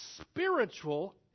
spiritual